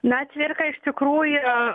na cvirka iš tikrųjų